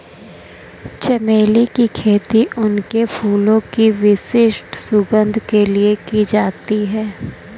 चमेली की खेती उनके फूलों की विशिष्ट सुगंध के लिए की जाती है